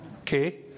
Okay